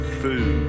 food